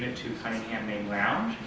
two cunningham main lounge.